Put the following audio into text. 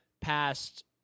past